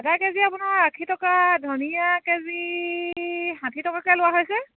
আদা কেজি আপোনাৰ আশী টকা ধনীয়া কেজি ষাঠি টকাকৈ লোৱা হৈছে